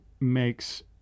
makes